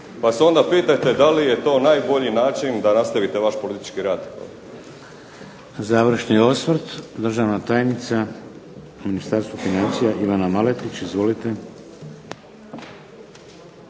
pa se onda pitajte da li je to najbolji način da nastavite vaš politički rad.